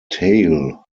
tail